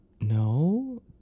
No